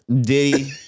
Diddy